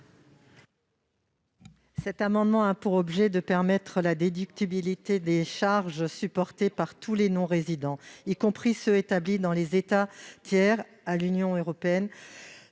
Cet amendement a pour objet de permettre la déductibilité des charges supportées par tous les non-résidents, y compris ceux qui sont établis dans les États tiers à l'Union européenne